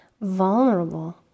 vulnerable